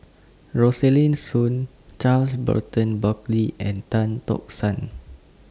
Rosaline Soon Charles Burton Buckley and Tan Tock San